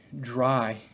dry